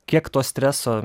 kiek to streso